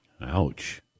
Ouch